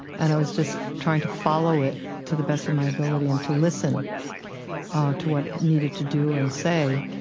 and i was just trying to follow it to the best of my ability and to listen to what it needed to do and say.